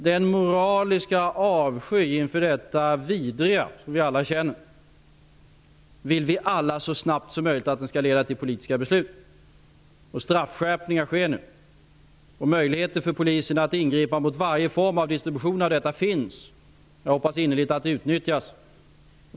Den moraliska avsky inför detta vidriga som vi alla känner vill vi alla så snabbt som möjligt skall leda till politiska beslut. Straffskärpningar görs nu. Möjligheten för polisen att ingripa mot varje form av distribution finns. Jag hoppas innerligt att det utnyttjas.